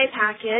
package